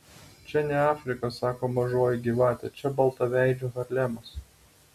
čia ne afrika sako mažoji gyvatė čia baltaveidžių harlemas